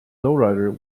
lowrider